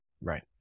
Right